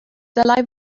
dylai